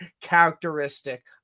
characteristic